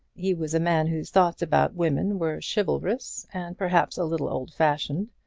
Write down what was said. he was a man whose thoughts about women were chivalrous, and perhaps a little old-fashioned.